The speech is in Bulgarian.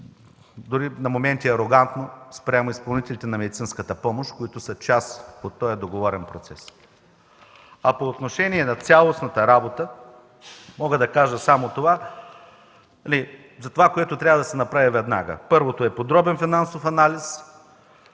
дори на моменти се държи арогантно спрямо изпълнителите на медицинската помощ, които са част от този договорен процес. По отношение на цялостната работа мога да кажа това, което трябва да се направи веднага. Първото е подробен финансов анализ